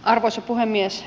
arvoisa puhemies